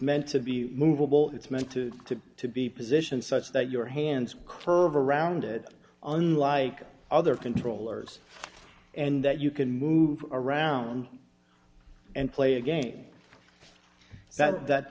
meant to be movable it's meant to be positioned such that your hands crew of around it unlike other controllers and that you can move around and play a game that that